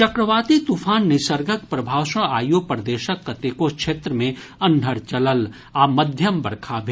चक्रवाती तूफान निसर्गक प्रभाव सँ आइयो प्रदेशक कतेको क्षेत्र मे अन्हर चलल आ मध्यम बरखा भेल